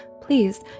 Please